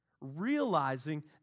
realizing